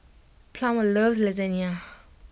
Plummer loves Lasagna